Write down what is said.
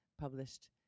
published